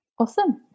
Awesome